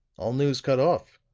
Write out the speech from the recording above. all news cut off.